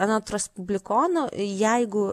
anot respublikonų jeigu